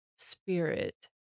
spirit